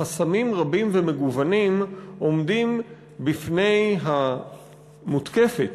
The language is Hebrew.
חסמים רבים ומגוונים עומדים בפני המותקפת,